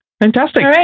Fantastic